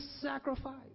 sacrifice